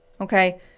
Okay